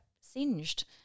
singed